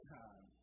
time